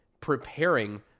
preparing